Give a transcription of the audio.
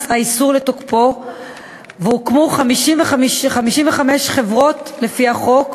מאז נכנס האיסור לתוקפו הוקמו 55 חברות לפי החוק,